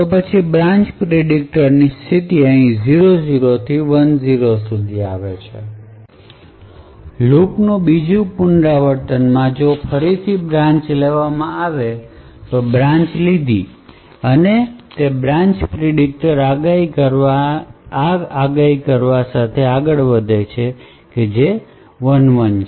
તો પછી branch predictor ની સ્થિતિ અહીંથી 00 થી 01 સુધી આવે છે લૂપનું બીજું પુનરાવર્તનમાં જો ફરીથી બ્રાન્ચલેવામાં આવે તો બ્રાન્ચ લીધી તે બ્રાન્ચ પ્રિડિકટર આગાહી કરવા માટે આગળ વધે છે અને જે 11 છે